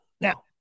Now